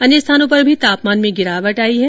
अन्य स्थानों पर भी तापमान में गिरावट आई है